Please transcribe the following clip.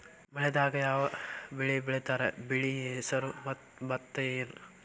ಮಳೆಗಾಲದಾಗ್ ಯಾವ್ ಬೆಳಿ ಬೆಳಿತಾರ, ಬೆಳಿ ಹೆಸರು ಭತ್ತ ಏನ್?